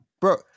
Bro